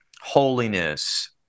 holiness